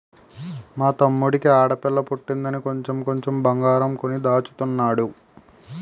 మా తమ్ముడికి ఆడపిల్ల పుట్టిందని కొంచెం కొంచెం బంగారం కొని దాచుతున్నాడు